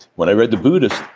when i read the buddhist,